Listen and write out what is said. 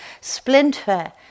splinter